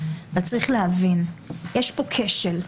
צריך להבין שיש כאן כשל.